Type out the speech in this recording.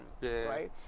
Right